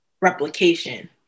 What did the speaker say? replication